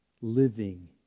living